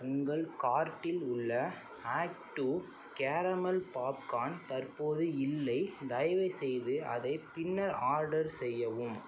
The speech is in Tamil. உங்கள் கார்ட்டில் உள்ள ஆக்ட் டூ கேரமெல் பாப்கார்ன் தற்போது இல்லை தயவுசெய்து அதை பின்னர் ஆர்டர் செய்யவும்